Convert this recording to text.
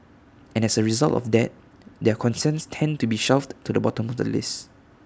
and as A result of that their concerns tend to be shoved to the bottom of the list